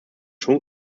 schon